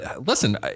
listen